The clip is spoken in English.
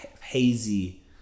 hazy